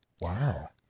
Wow